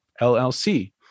LLC